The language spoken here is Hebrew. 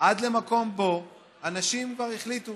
עד למקום שבו אנשים כבר החליטו